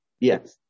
Yes